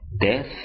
death